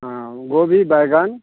हाँ गोभी बैंगन